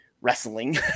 wrestling